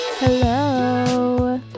Hello